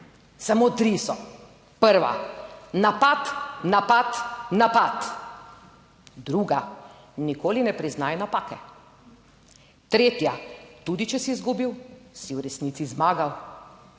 Samo tri so: prva, napad, napad, napad. Druga: nikoli ne priznaj napake. Tretja: tudi če si izgubil, si v resnici zmagal.